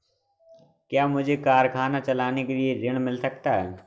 क्या मुझे कारखाना चलाने के लिए ऋण मिल सकता है?